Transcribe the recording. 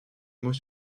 mot